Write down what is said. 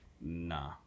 nah